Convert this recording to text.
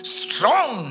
strong